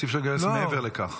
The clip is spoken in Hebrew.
אי-אפשר לגייס מעבר לכך.